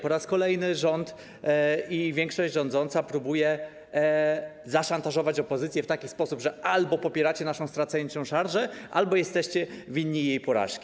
Po raz kolejny rząd i większość rządząca próbują zaszantażować opozycję w taki sposób, że albo popieracie naszą straceńczą szarżę, albo jesteście winni jej porażki.